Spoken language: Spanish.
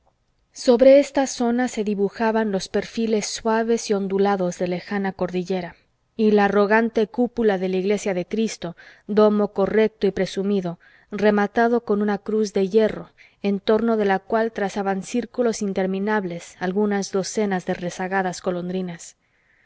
sobre esta zona se dibujaban los perfiles suaves y ondulados de lejana cordillera y la arrogante cúpula de la iglesia del cristo domo correcto y presumido rematado con una cruz de hierro en torno de la cual trazaban círculos interminables algunas docenas de rezagadas golondrinas